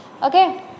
Okay